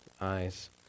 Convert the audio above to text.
eyes